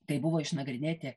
kai buvo išnagrinėti